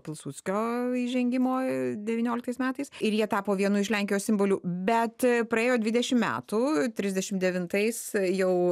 pilsudskio įžengimo devynioliktais metais ir jie tapo vienu iš lenkijos simbolių bet praėjo dvidešim metų trisdešim devintais jau